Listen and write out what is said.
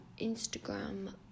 Instagram